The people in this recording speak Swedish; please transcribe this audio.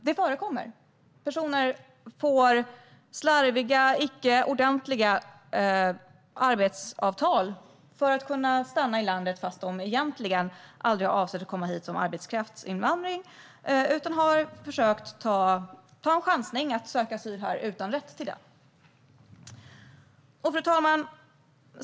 Det förekommer alltså att personer får slarviga, icke ordentliga arbetsavtal för att kunna stanna i landet fast de egentligen aldrig avsett att komma hit som arbetskraftsinvandrare utan har chansat och sökt asyl här utan att ha rätt till det. Fru talman!